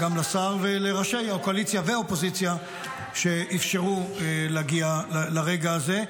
בבקשה, לרשותך שלוש דקות.